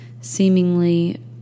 seemingly